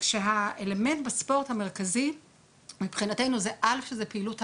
כשהאלמנט בספורט המרכזי מבחינתנו זה פעילות תהליכית,